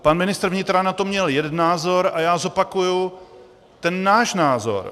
Pan ministr vnitra na to měl jeden názor a já zopakuji ten náš názor.